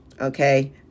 Okay